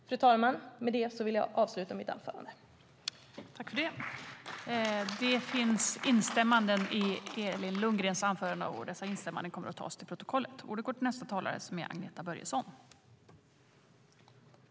I detta anförande instämde Kerstin Haglö, Arhe Hamednaca, Morgan Johansson och Mattias Jonsson .